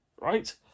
right